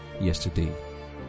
yesterday